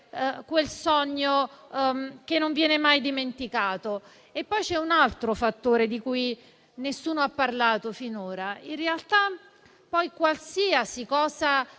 quel sogno che non viene mai dimenticato. E poi c'è un altro fattore di cui nessuno ha parlato finora. In realtà, qualsiasi cosa